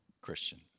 Christian